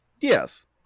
Yes